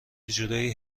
جورایی